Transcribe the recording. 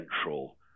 central